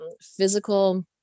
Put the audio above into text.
physical